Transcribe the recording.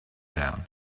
down